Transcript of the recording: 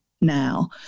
now